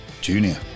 Junior